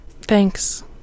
Thanks